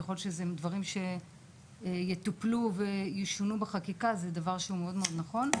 ככל שהדברים יטופלו וישונו בחקיקה זה יהיה דבר מאוד נכון.